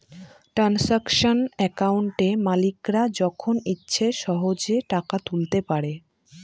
transaction একাউন্টে মালিকরা যখন ইচ্ছে সহেজে টাকা তুলতে পারে